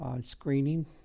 screening